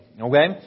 Okay